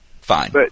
Fine